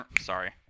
sorry